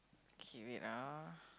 okay wait ah